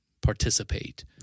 participate